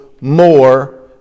more